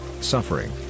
suffering